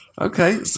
Okay